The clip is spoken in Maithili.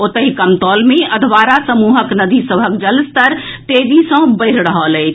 ओतहि कमतौल मे अधवारा समूहक नदी सभक जलस्तर तेजी सँ बढ़ि रहल अछि